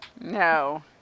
No